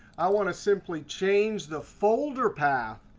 i want to simply change the folder path.